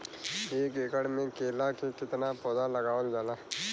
एक एकड़ में केला के कितना पौधा लगावल जाला?